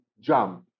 jump